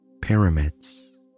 pyramids